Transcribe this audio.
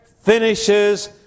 finishes